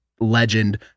legend